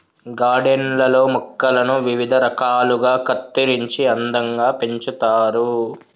garden లల్లో మొక్కలను వివిధ రకాలుగా కత్తిరించి అందంగా పెంచుతారు